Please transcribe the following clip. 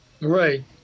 Right